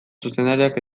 zuzendariak